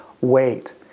wait